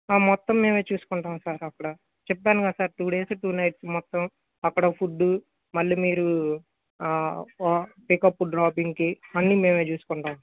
మొత్తం మేమే చూసుకుంటాం సార్ అక్కడ చెప్పాను కదా sir two days two nights మొత్తం అక్కడ ఫుడ్డు మళ్ళీ మీరు పికప్ డ్రాపింగ్ కి అన్నీ మేమే చూసుకుంటాం